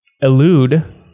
elude